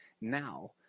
now